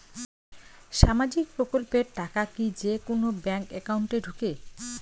সামাজিক প্রকল্পের টাকা কি যে কুনো ব্যাংক একাউন্টে ঢুকে?